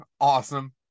Awesome